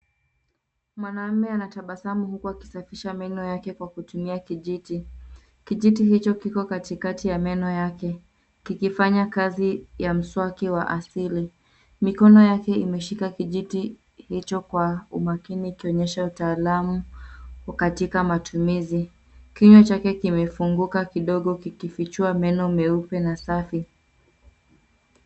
Mwanaume anatabasamu huku akisafisha meno yake kwa kutumia kijiti. Kijiti hicho kiko katikati ya meno yake, kikifanya kazi ya mswaki wa asili. Mikono yake imeshika kijiti hicho kwa umakini ikionyesha utaalamu katika matumizi. Kinywa chake kimefunguka kidogo, kikifichua meno meupe na safi.